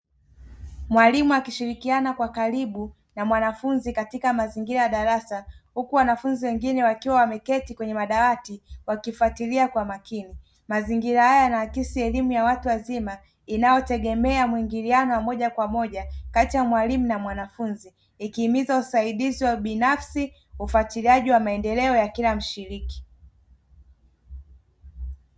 Mwalimu akishirikiana kwa karibu na mwanafunzi katika mazingira ya darasa, huku wanafunzi wengine wakiwa wameketi kwenye madawati wakifuatilia kwa makini. Mazingira haya yanaakisi elimu ya watu wazima, inayotegemea mwingiliano wa moja kwa moja kati ya mwalimu na mwanafunzi, ikihimiza usaidizi wa binafsi na ufuatiliaji wa maendeleo ya kila mshiriki.